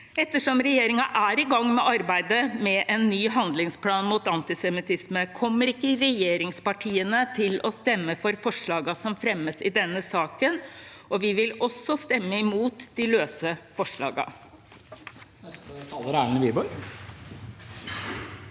Ettersom regjeringen er i gang med arbeidet med en ny handlingsplan mot antisemittisme, kommer ikke regjeringspartiene til å stemme for forslagene som fremmes i denne saken. Vi vil også stemme imot de løse forslagene. Erlend Wiborg